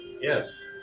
Yes